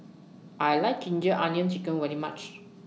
I like Ginger Onions Chicken very much